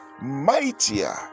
mightier